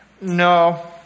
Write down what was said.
No